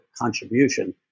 contribution